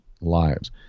lives